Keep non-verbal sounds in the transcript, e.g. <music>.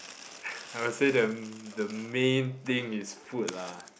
<breath> I would say the the main thing is food lah